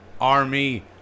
Army